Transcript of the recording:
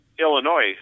Illinois